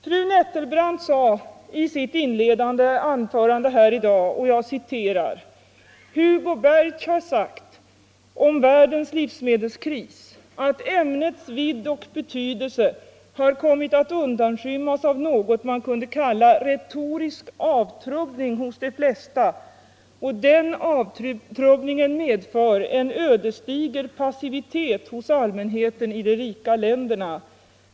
Fru Nettelbrandt sade i sitt inledande anförande här i dag: ”Hugo Berch har sagt om världens livsmedelskris att ämnets vidd och betydelse har kommit att undanskymmas av något man kunde kalla retorisk avtrubbning mot de flesta, och den avtrubbningen medför en ödesdiger passivitet hos allmänheten i de rika länderna.